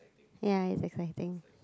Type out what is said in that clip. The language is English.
ya it's like collecting